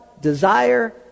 desire